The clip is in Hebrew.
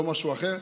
לא משהו אחר,